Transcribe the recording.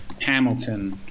Hamilton